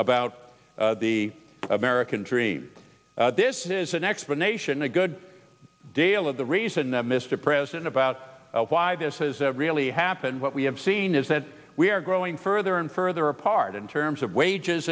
about the american dream this is an explanation a good dale of the reason that mr president about why this has really happened what we have seen is that we are growing further and further apart in terms of wages